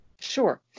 Sure